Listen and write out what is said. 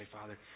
Father